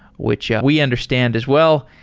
which we understand as well.